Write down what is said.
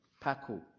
Paco